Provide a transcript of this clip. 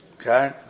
Okay